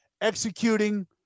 executing